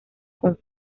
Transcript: con